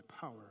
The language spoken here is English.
power